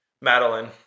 Madeline